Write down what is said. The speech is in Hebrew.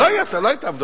לא היתה הבדלה.